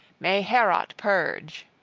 may heorot purge!